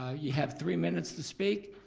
ah you have three minutes to speak.